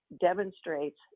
demonstrates